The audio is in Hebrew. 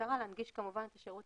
במטרה להנגיש את השירות